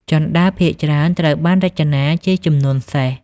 ជណ្តើរភាគច្រើន ត្រូវបានរចនាជាចំនួនសេស។